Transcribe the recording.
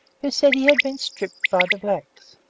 who said he had been stripped by the blacks.